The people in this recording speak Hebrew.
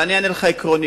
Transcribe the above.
אבל אני אענה לך עקרונית.